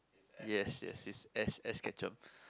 yes yes yes Ash Ash Ketchum